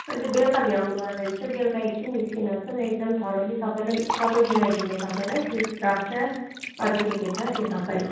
अन्त बेलुका भ्याउनुभयो भने चाहिँ बेलुका एकछिन निस्किनुहोस् न म एकदम थरोली सबैलाई सबै बुझाइदिन्थेँ तपाईँलाई फिस स्ट्रकचर अरू केके छ त्यो सबै